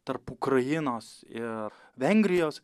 tarp ukrainos ir vengrijos